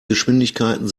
geschwindigkeiten